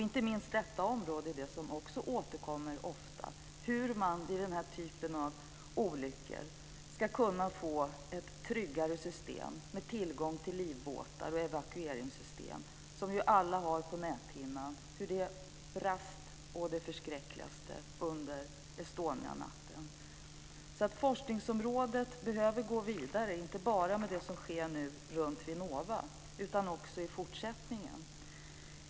Inte minst detta område återkommer ofta, dvs. hur man vid den typen av olyckor ska få ett tryggare system med tillgång till livbåtar och evakueringssystem. Vi har alla på näthinnan hur detta brast å det förskräckligaste under Estonianatten. Forskningen behöver gå vidare, inte bara det som sker runt Vinnova utan också i fortsättningen.